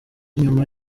nyuma